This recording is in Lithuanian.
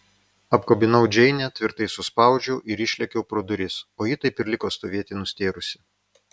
apkabinau džeinę tvirtai suspaudžiau ir išlėkiau pro duris o ji taip ir liko stovėti nustėrusi